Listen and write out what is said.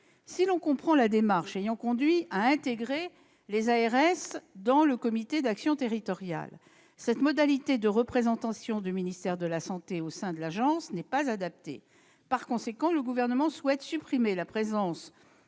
Si l'on comprend la démarche ayant conduit à intégrer les ARS dans le comité d'action territoriale, cette modalité de représentation du ministère de la santé au sein de l'agence n'est pas adaptée. Par conséquent, le Gouvernement souhaite supprimer la présence